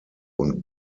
und